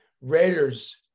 Raiders